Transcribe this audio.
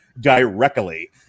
directly